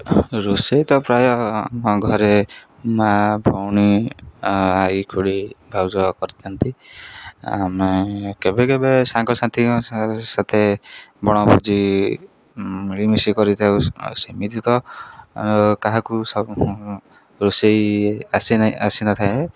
ରୋଷେଇ ତ ପ୍ରାୟ ଆମ ଘରେ ମା' ଭଉଣୀ ଆଈ ଖୁଡ଼ି ଭାଉଜ କରିଥାନ୍ତି ଆମେ କେବେ କେବେ ସାଙ୍ଗସାଥିଙ୍କ ସତେ ବଣଭୋଜି ମିଳିମିଶି କରିଥାଉ ସେମିତି ତ କାହାକୁ ସବୁ ରୋଷେଇ ଆସି ଆସିନଥାଏ